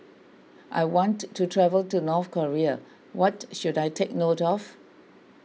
I want to travel to North Korea what should I take note of